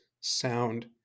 sound